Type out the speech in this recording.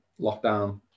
lockdown